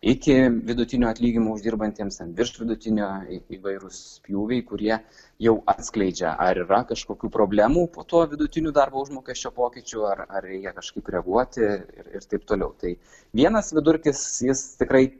iki vidutinio atlyginimo uždirbantiems ten virš vidutinio įvairūs pjūviai kurie jau atskleidžia ar yra kažkokių problemų po to vidutiniu darbo užmokesčio pokyčiu ar ar reikia kažkaip reaguoti ir ir taip toliau tai vienas vidurkis jis tikrai